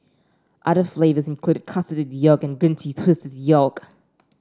other flavours include custard with yolk and green tea twist with yolk